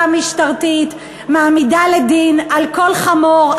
המשטרתית מעמידה לדין על כל "חמור",